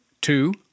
Two